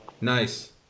Nice